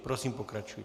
Prosím, pokračujte.